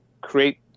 create